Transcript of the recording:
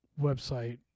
website